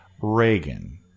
Reagan